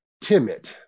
timid